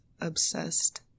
obsessed